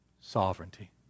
sovereignty